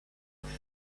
rouge